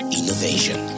innovation